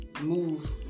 move